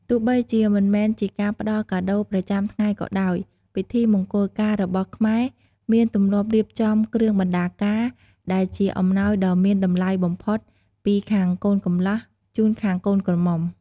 ទោះបីជាមិនមែនជាការផ្តល់កាដូរប្រចាំថ្ងៃក៏ដោយ ពិធីមង្គលការរបស់ខ្មែរមានទម្លាប់រៀបចំ "គ្រឿងបណ្ណាការ" ដែលជាអំណោយដ៏មានតម្លៃបំផុតពីខាងកូនកំលោះជូនខាងកូនក្រមុំ។